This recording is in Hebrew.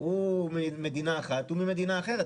הוא ממדינה אחת, הוא ממדינה אחרת.